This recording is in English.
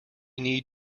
need